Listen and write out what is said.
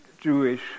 Jewish